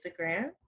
Instagram